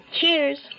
Cheers